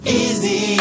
easy